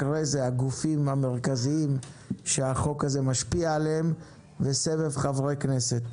אחרי זה הגופים המרכזיים שהחוק הזה משפיע עליהם וסבב חברי כנסת.